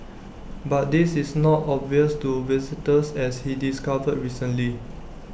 but this is not obvious to visitors as he discovered recently